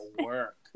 work